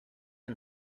and